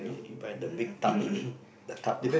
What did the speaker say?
you buy in the big tub is it the tub